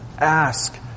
Ask